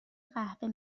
قهوه